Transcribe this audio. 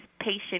patient